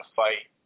fight